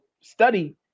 study